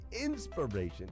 inspiration